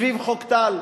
סביב חוק טל,